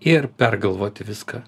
ir pergalvoti viską